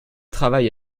travail